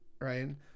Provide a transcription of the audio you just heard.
right